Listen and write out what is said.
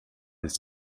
his